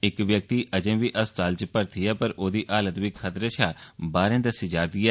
इक व्यक्ति अजें बी अस्पताल च भर्थी ऐ पर ओह्दी हालत बी खतरे शा बाहर दस्सी जा'रदी ऐ